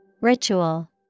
Ritual